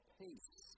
peace